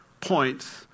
points